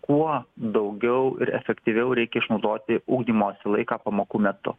kuo daugiau ir efektyviau reikia išnaudoti ugdymosi laiką pamokų metu